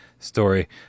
Story